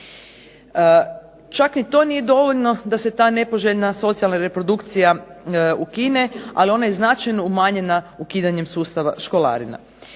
Čak ni to nije dovoljno da se ta nepoželjna socijalna reprodukcija ukine, ali ona je značajno umanjena ukidanjem sustava školarina.